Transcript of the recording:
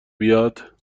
بیاد